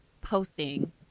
posting